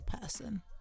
person